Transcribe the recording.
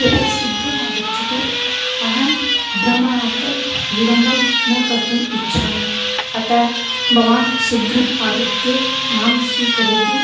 कृपया शीघ्रमागच्छतु अहं भ्रमणार्थं विलम्बं न कर्तुम् इच्छामि अतः भवान् शीघ्रम् आगत्य मां स्वीकरोतु